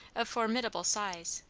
of formidable size,